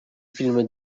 filmy